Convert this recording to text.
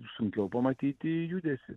sunkiau pamatyti judesį